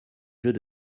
jeux